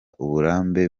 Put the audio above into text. uburambe